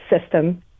system